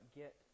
get